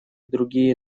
другие